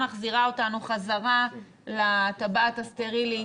אני מחזירה אותנו חזרה לטבעת הסטרילית,